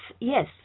yes